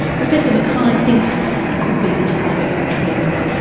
professor mackay thinks it could be the target for treatments,